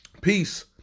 Peace